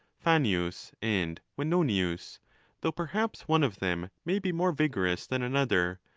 fannius, and venonius though perhaps one of them may be more vigorous than another,